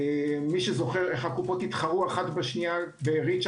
מי שזוכר איך הקופות התחרו אחת בשנייה בריץ'